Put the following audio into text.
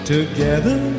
Together